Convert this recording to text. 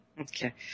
Okay